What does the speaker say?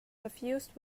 suffused